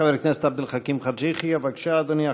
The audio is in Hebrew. חבר הכנסת עבד אל חכים חאג' יחיא, בבקשה, אדוני.